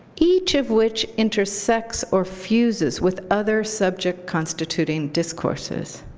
each of which intersects or fuses with other subject constituting discourses.